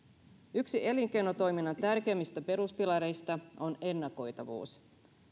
yksi elinkeinotoiminnan tärkeimmistä peruspilareista on ennakoitavuus